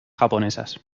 japonesas